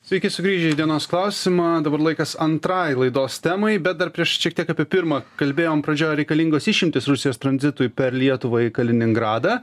sveiki sugrįžę į dienos klausimą dabar laikas antrai laidos temai bet dar prieš šiek tiek apie pirmą kalbėjom pradžioj ar reikalingos išimtys rusijos tranzitui per lietuvą į kaliningradą